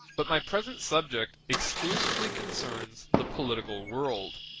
but my present subject exclusively concerns the political world.